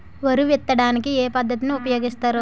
వరి విత్తడానికి ఏ పద్ధతిని ఉపయోగిస్తారు?